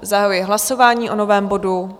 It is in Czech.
Zahajuji hlasování o novém bodu.